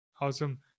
Awesome